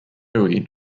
huey